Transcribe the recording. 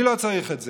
אני לא צריך את זה,